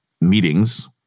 meetings